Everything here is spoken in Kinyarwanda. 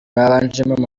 babanjemo